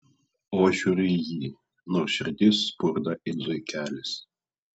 o aš žiūriu į jį nors širdis spurda it zuikelis